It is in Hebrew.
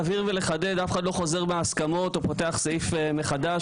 אף אחד לא חוזר מההסכמות או פותח סעיף מחדש,